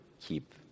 keep